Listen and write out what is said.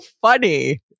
funny